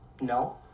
No